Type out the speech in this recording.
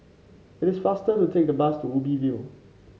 it is faster to take the bus to Ubi View